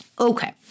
Okay